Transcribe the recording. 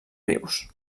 rius